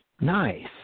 nice